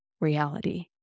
reality